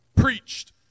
Preached